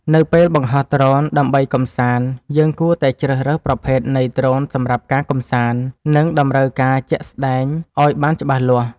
នៅពេលបង្ហោះដ្រូនដើម្បីកម្សាន្ត យើងគួរតែជ្រើសរើសប្រភេទនៃដ្រូនសម្រាប់ការកម្សាន្ត និងតម្រូវការជាក់ស្ដែងឲ្យបានច្បាស់លាស់។